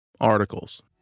Articles